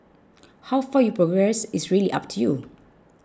how far you progress is really up to you